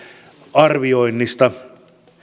arvioinnista